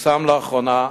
שפורסם לאחרונה,